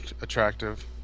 attractive